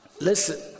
Listen